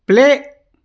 play